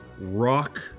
rock